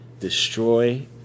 Destroy